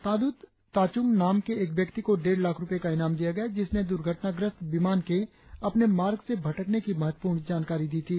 ताद्रत ताचुंग नाम के एक व्यक्ति को डेढ़ लाख रुपए का ईनाम दिया गया जिसने द्र्घटनाग्रस्त विमान के अपने मार्ग से भटकने की महत्वपूर्ण जानकारी दी थी